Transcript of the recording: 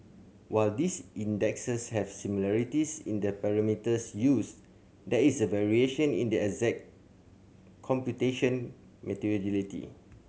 while these indexes have similarities in the parameters used there is variation in the exact computation methodology